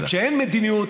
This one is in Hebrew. וכשאין מדיניות,